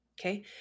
Okay